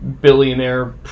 billionaire